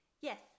Yes